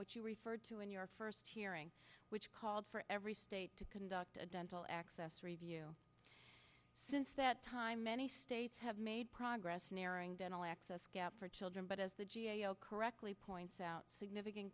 which you referred to in your first hearing which called for every state to conduct a dental access review since that time many states have made progress narrowing dental access gap for children but as the g a o correctly points out significant